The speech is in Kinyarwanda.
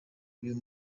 uyu